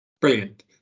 Brilliant